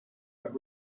but